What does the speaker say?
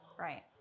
Right